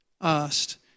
asked